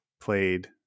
played